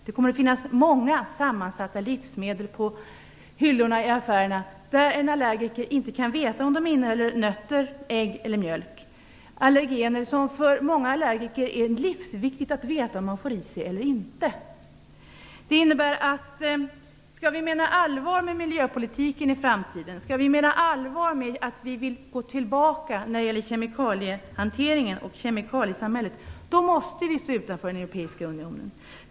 Det kommer att finnas många sammansatta livsmedel på hyllorna i affärerna, och en allergiker kan inte veta om livsmedlen innehåller nötter, ägg eller mjölk; det är allergener som det är livsviktigt att veta om man får i sig eller inte. Om vi menar allvar med miljöpolitiken i framtiden och med att vi vill gå tillbaka när det gäller kemikaliehanteringen och kemikaliesamhället måste Sverige stå utanför den europeiska unionen.